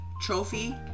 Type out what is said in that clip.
trophy